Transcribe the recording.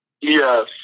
Yes